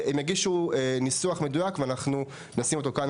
הם יגישו ניסוח מדויק ואנחנו נשים אותו כאן,